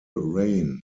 rain